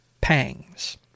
pangs